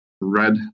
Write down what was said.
red